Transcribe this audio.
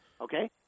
Okay